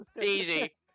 Easy